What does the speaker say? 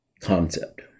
concept